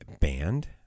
Band